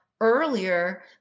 earlier